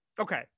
Okay